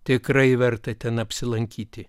tikrai verta ten apsilankyti